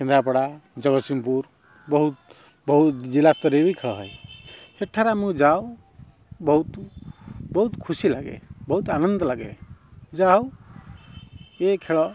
କେନ୍ଦ୍ରାପଡ଼ା ଜଗତସିଂହପୁର ବହୁତ ବହୁତ ଜିଲ୍ଲାସ୍ତରୀୟ ବି ଖେଳ ହଏ ସେଠାରେ ଆମକୁ ଯାଉଁ ବହୁତ ବହୁତ ଖୁସି ଲାଗେ ବହୁତ ଆନନ୍ଦ ଲାଗେ ଯାହଉ ଏ ଖେଳ